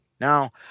Now